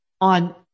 on